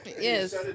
Yes